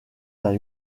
d’un